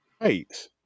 Right